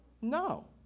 No